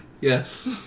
Yes